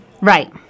Right